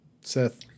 Seth